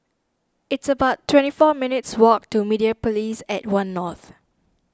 it's about twenty four minutes' walk to Mediapolis at one North